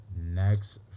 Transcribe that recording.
next